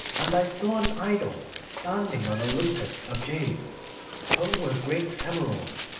and i saw an idol standing on a lotus of jade hung with great emeralds.